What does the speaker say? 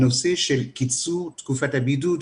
נושא קיצור תקופת הבידוד,